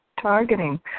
targeting